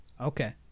okay